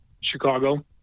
Chicago